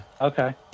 Okay